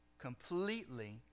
completely